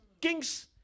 king's